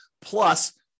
plus